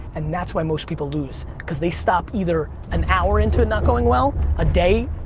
and that's why most people lose, cause they stop either an hour into it not going well, a day,